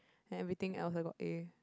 everything else I got A